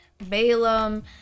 Balaam